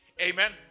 Amen